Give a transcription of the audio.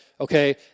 Okay